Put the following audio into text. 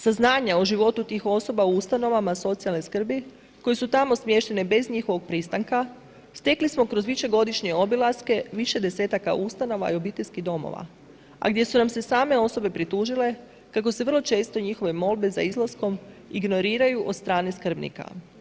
Saznanja o životu tih osoba u ustanovama socijalne skrbi, koje su tamo smještene bez njihovog pristanka, stekli smo kroz višegodišnje obilaske, više desetaka ustanova i obiteljskih domova, a gdje su nam se same osobe pritužile kako se vrlo često njihove molbe za izlaskom ignoriraju od strane skrbnika.